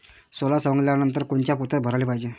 सोला सवंगल्यावर कोनच्या पोत्यात भराले पायजे?